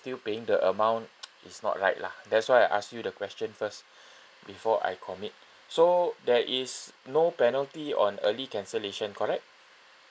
still paying the amount it's not right lah that's why I ask you the question first before I commit so there is no penalty on early cancellation correct